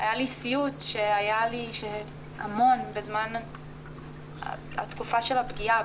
היה לי סיוט שהיה לי המון בזמן התקופה של הפגיעה,